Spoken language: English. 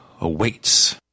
awaits